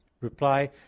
Reply